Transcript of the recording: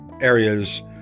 areas